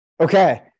okay